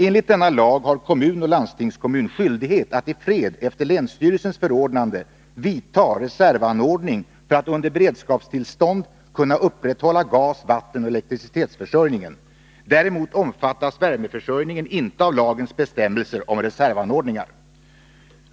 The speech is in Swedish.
Enligt denna lag har kommun och landstingskommun skyldighet att i fred efter länsstyrelsens förordnande skaffa reservanordning för att under beredskapstillstånd kunna upprätthålla gas-, vattenoch elektricitetsförsörjningen. Däremot omfattas värmeförsörjningen inte av lagens bestämmelser om reservanordningar.